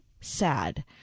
sad